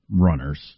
runners